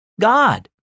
God